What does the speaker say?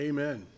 Amen